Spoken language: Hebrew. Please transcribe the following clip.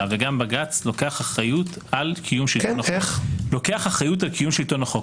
וגם בג"ץ לוקח אחריות על קיום שלטון החוק,